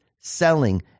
selling